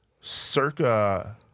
circa